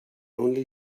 only